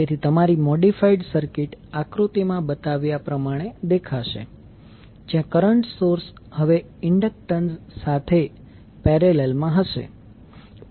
તેથી તમારી modified circuit આકૃતિમાં બતાવ્યા પ્રમાણે દેખાશે જ્યાં કરંટ સોર્સ હવે ઇન્ડક્ટન્સ સાથે પેરેલલ માં હશે